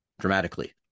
dramatically